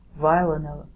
Violin